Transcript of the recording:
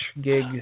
gig